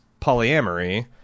polyamory